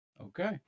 okay